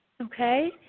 Okay